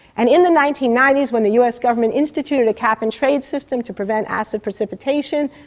and in the nineteen ninety s when the us government instituted a cap-and-trade system to prevent acid precipitation,